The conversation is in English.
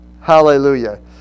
Hallelujah